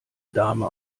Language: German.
dame